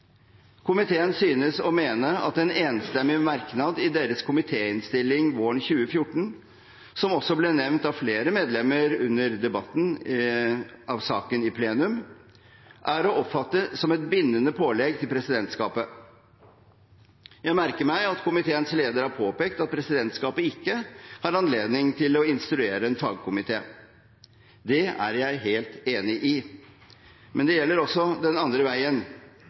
Komiteen synes å mene at en enstemmig merknad i deres komitéinnstilling våren 2014, som også ble nevnt av flere medlemmer under debatten av saken i plenum, er å oppfatte som et bindende pålegg til presidentskapet. Jeg merker meg at komiteens leder har påpekt at presidentskapet ikke har anledning til å instruere en fagkomité. Det er jeg helt enig i. Men det gjelder også den andre veien